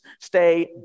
stay